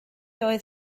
oedd